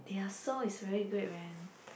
their song is very great man